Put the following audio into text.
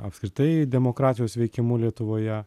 apskritai demokratijos veikimu lietuvoje